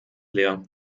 leer